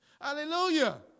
Hallelujah